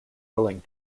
willing